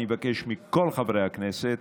אני מבקש מכל חברי הכנסת,